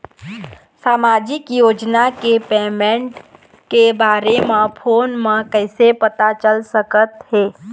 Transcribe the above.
सामाजिक योजना के पेमेंट के बारे म फ़ोन म कइसे पता चल सकत हे?